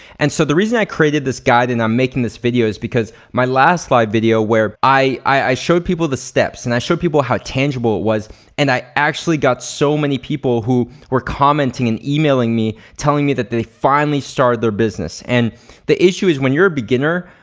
and so the reason i created this guide and i'm making this video is because my last live video where i i showed people the steps and i showed people how tangible it was and i actually got so many people who were commenting and emailing me telling me that they'd finally started their business and the issue is when you're a beginner,